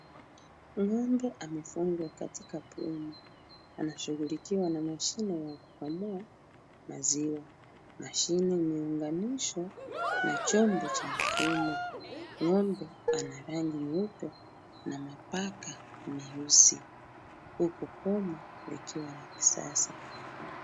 Ng'ombe amefungwa katika boma anashughulikiwa na mashine ya kukamua mziwa. Mashini imevalishwa na chombo cha chuma. Ng'ombe ana rangi nyeupe na mabaka meusi huku boma likiwa la kisasa.